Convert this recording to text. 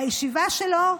הישיבה שלו,